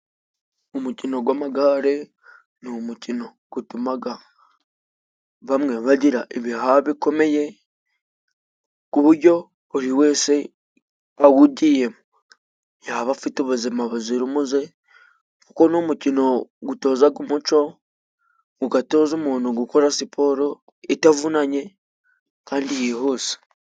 Umukino w’amagare ni umukino utuma bamwe bagira ibihaha bikomeye, ku buryo buri wese wawugiyemo, yaba afite ubuzima buzira umuze, kuko n’umukino utoza umuco, ugatoza umuntu gukora siporo itavunanye kandi yihuse.